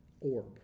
orb